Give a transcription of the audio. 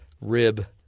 rib